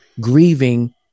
grieving